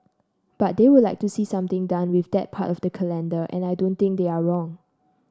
but they would like to see something done with that part of the calendar and I don't think they're wrong